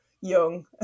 young